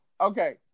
Okay